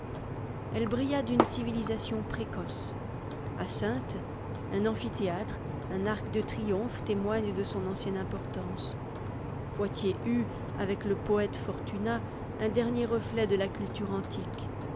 elle brilla d'une civilisation précoce a saintes un amphithéâtre un arc de triomphe témoignent de son ancienne importance poitiers eut avec le poète fortunat un dernier reflet de la culture antique